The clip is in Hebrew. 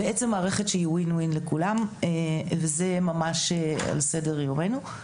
באיזה שהיא מערכת שהיא win win לכולם וזה ממש על סדר יומנו.